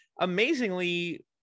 amazingly